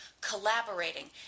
collaborating